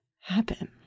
happen